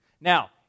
Now